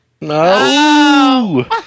No